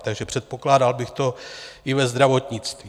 Takže předpokládal bych to i ve zdravotnictví.